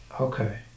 Okay